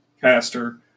caster